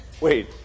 Wait